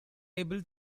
able